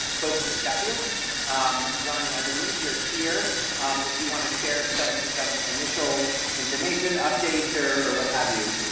folks at the sheffield um ronnie. i believe you're here if you want to share some some initial information updates or what have you.